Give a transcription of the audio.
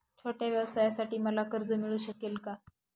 छोट्या व्यवसायासाठी मला कर्ज मिळू शकेल का?